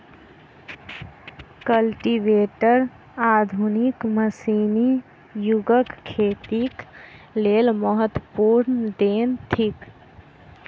cultivator आधुनिक मशीनी युगक खेतीक लेल महत्वपूर्ण देन थिक